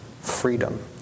freedom